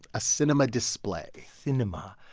a cinema display cinema.